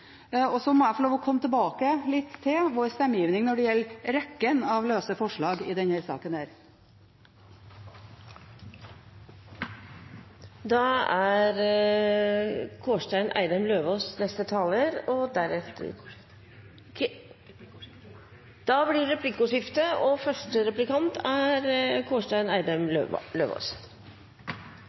og Kristelig Folkeparti har fremmet i fellesskap. Så må jeg få lov til å komme tilbake til vår stemmegivning når det gjelder rekken av løse forslag i denne saken. Det blir replikkordskifte. Representanten Arnstad var inne på det også i innlegget sitt – det er